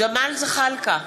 ג'מאל זחאלקה,